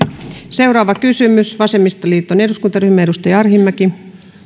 seuraava kysymys vasemmistoliiton eduskuntaryhmä edustaja arhinmäki